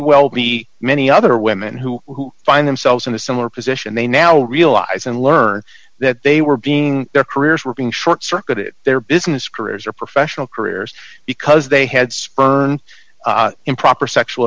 well be many other women who find themselves in a similar position they now realize and learn that they were being their careers were being short circuited their business careers or professional careers because they had spurned improper sexual